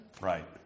Right